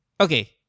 Okay